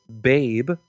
Babe